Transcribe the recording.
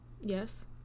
Yes